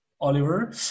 Oliver